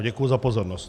Děkuji za pozornost.